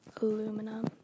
Aluminum